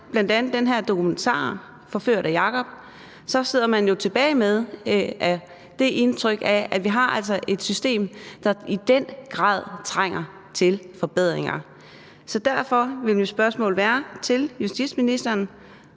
bl.a. den her dokumentar, »Forført af Jakob«, sidder man jo tilbage med det indtryk, at vi altså har et system, der i den grad trænger til forbedringer. Så derfor vil mit spørgsmål til justitsministeren